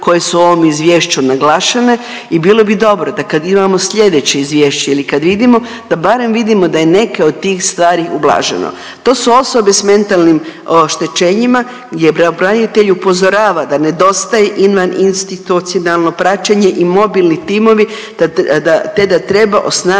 koje su u ovom izvješću naglašene i bilo bi dobro da kad imamo slijedeće izvješće ili kad vidimo da barem vidimo da je neke od tih stvari ublaženo. To su osobe s mentalnim oštećenjima gdje pravobranitelj upozorava da nedostaje izvaninstitucionalno praćenje i mobilni timovi te da treba osnažiti